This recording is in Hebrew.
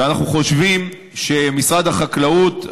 ואנחנו חושבים שמשרד החקלאות,